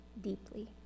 deeply